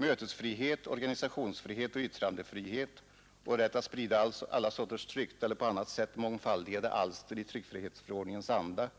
Mötesfrihet, organisationsfrihet, yttrandefrihet och rätt att sprida alla sorters tryckta eller på annat sätt mångfaldigade alster i tryckfrihetsförordningens anda